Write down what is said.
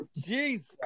jesus